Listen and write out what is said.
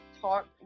talk